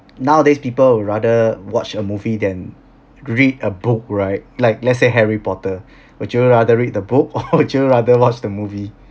nowadays people would rather watch a movie than read a book right like let's say harry porter would you rather read the book or would you rather watch the movie